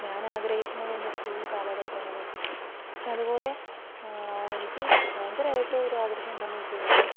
ഞാൻ ആഗ്രഹിക്കുന്നത് എന്റെ സ്കൂൾ കാലഘട്ടങ്ങളും പിന്നതുപോലെ എനിക്ക് ഭയങ്കരമായിട്ട് ഒരാഗ്രഹം എന്താണെന്നു വെച്ചു കഴിഞ്ഞാൽ